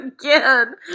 again